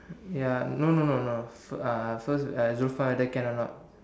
ya no no no no fi~ uh first uh Zulfan whether can or not